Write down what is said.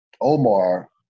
Omar